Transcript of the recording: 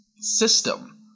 system